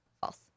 false